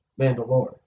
Mandalore